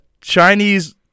Chinese